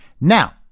Now